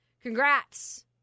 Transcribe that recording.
congrats